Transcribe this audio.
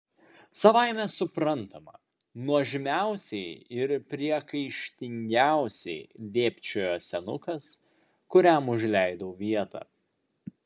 savaime suprantama nuožmiausiai ir priekaištingiausiai dėbčiojo senukas kuriam užleidau vietą